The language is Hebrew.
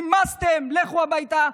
נמאסתם, לכו הביתה.